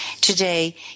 Today